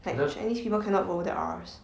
like chinese people cannot roll theirs